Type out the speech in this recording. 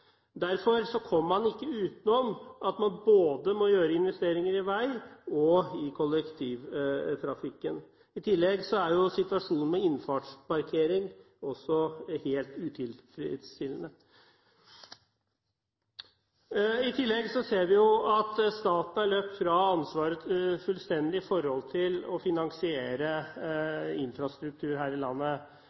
Derfor kommer man ikke utenom at man må gjøre investeringer både i vei og i kollektivtrafikk. I tillegg er situasjonen med innfartsparkering også helt utilfredsstillende. Vi ser også at staten har løpt fra ansvaret fullstendig med hensyn til å finansiere infrastruktur her i landet.